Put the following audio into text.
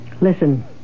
Listen